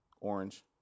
orange